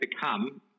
become